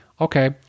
okay